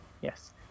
Yes